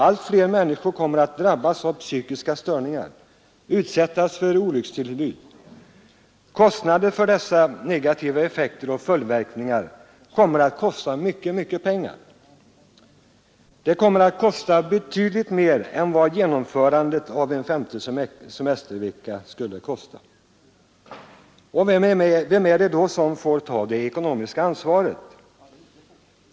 Allt fler människor kommer att drabbas av psykiska störningar och utsättas för olyckstillbud. Dessa negativa effekter och följdverkningar kommer att kosta mycket pengar, betydligt mer än vad genomförandet av en femte semestervecka skulle kosta. Vem är det då som får ta det ekonomiska ansvaret?